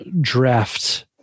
draft